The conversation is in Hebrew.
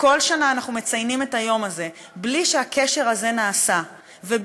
כל שנה אנחנו מציינים את היום הזה בלי שהקשר הזה נעשה ובלי